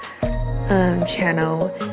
channel